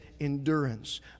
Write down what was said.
endurance